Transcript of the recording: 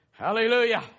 Hallelujah